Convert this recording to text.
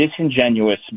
disingenuous